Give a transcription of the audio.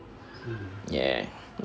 ya